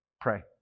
pray